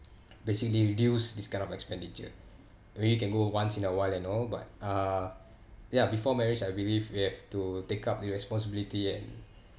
basically reduce this kind of expenditure when you can go once in a while and all but uh ya before marriage I believe you have to take up the responsibility and